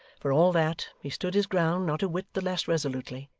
for all that, he stood his ground not a whit the less resolutely,